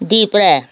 देब्रे